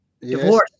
divorce